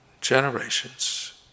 generations